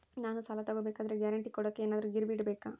ನಾನು ಸಾಲ ತಗೋಬೇಕಾದರೆ ಗ್ಯಾರಂಟಿ ಕೊಡೋಕೆ ಏನಾದ್ರೂ ಗಿರಿವಿ ಇಡಬೇಕಾ?